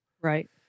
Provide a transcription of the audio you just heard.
Right